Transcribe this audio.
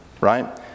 Right